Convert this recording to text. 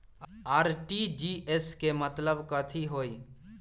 RTGS के मतलब कथी होइ?